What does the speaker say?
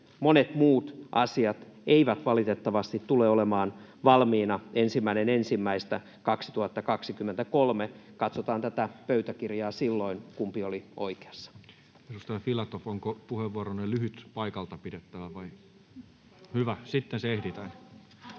monet muut asiat eivät valitettavasti tule olemaan valmiina 1.1.2023. Katsotaan tätä pöytäkirjaa silloin, kumpi oli oikeassa. Edustaja Filatov, onko puheenvuoronne lyhyt paikalta pidettävä vai? [Tarja